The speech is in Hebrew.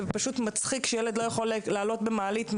זה פשוט מצחיק שילד עד גיל 14 לא יכול לעלות לבד במעלית,